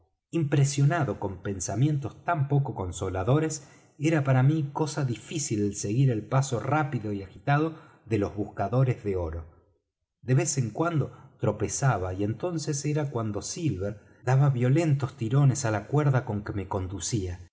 impresionado con pensamientos tan poco consoladores era para mí cosa difícil el seguir el paso rápido y agitado de los buscadores de oro de vez en cuando tropezaba y entonces era cuando silver daba violentos tirones á la cuerda con que me conducía